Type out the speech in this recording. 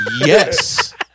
Yes